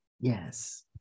Yes